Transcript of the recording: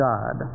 God